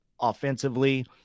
offensively